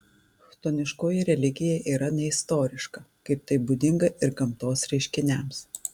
chtoniškoji religija yra neistoriška kaip tai būdinga ir gamtos reiškiniams